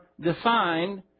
defined